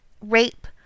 rape